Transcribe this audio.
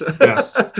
Yes